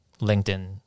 LinkedIn